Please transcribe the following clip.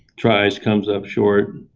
tries, comes up short.